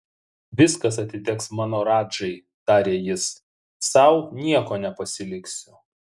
viskas atiteks mano radžai tarė jis sau nieko nepasiliksiu